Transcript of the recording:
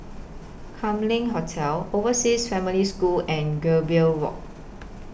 Kam Leng Hotel Overseas Family School and Gambir Walk